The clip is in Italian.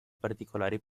particolari